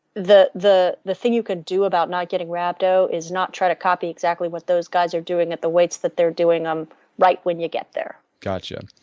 the the thing you can do about not getting rhabdo is not try to copy exactly what those guys are doing at the weights that they're doing on right when you get there got you.